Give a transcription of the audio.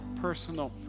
personal